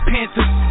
Panthers